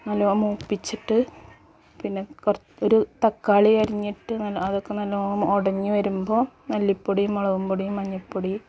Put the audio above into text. നല്ലോണം മൂപ്പിച്ചിട്ട് പിന്നെ കുറ ഒരു തക്കാളി അരിഞ്ഞിട്ട് അതൊക്കെ നല്ലോണം ഉടഞ്ഞ് വരുമ്പോൾ മല്ലിപൊടിയും മുളകും പൊടിയും മഞ്ഞപ്പോടി